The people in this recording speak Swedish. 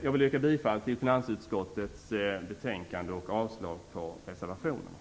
Jag vill yrka bifall till hemställan i finansutskottets betänkande och avslag på reservationerna.